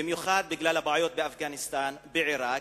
במיוחד בגלל הבעיות באפגניסטן ובעירק.